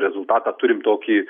rezultatą turim tokį